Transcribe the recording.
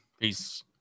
Peace